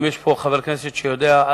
אם יש פה חבר כנסת שיודע,